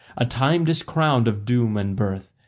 a time discrowned of doom and birth,